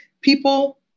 people